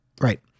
Right